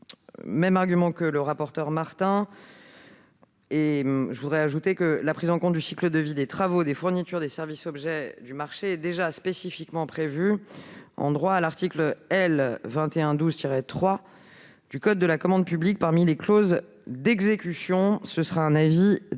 même argument que le rapporteur. J'ajoute que la prise en compte du cycle de vie des travaux, des fournitures et des services objets du marché est déjà spécifiquement prévue en droit à l'article L. 2112-3 du code de la commande publique parmi les clauses d'exécution. C'est pourquoi le